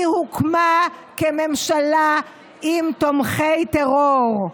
היא הוקמה כממשלה עם תומכי טרור.